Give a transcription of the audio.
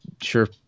sure